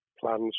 plans